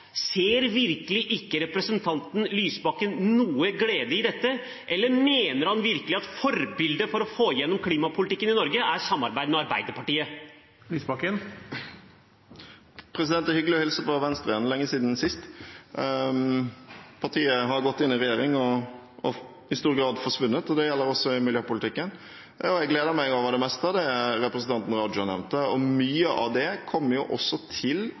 representanten Lysbakken virkelig ikke noen glede i dette? Mener han virkelig at forbildet for å få gjennom klimapolitikken i Norge er samarbeid med Arbeiderpartiet? Det er hyggelig å hilse på Venstre igjen – lenge siden sist. Partiet har gått inn i regjering og i stor grad forsvunnet. Det gjelder også i miljøpolitikken. Jeg gleder meg over det meste av det representanten Raja nevnte. Mye av det